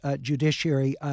Judiciary